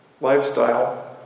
lifestyle